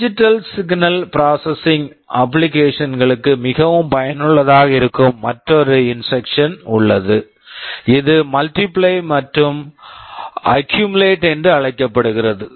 digital signal digital signal processing processing applications applications களுக்கு மிகவும் பயனுள்ளதாக இருக்கும் மற்றொரு இன்ஸ்ட்ரக்க்ஷன் instruction உள்ளது இது மல்டிப்ளை multiply மற்றும் அக்குமுலேட் accumulate என்று அழைக்கப்படுகிறது